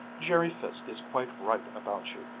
jerry fiske is quite right about you.